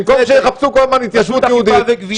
במקום שיחפשו כל הזמן התיישבות אכיפה וגבייה,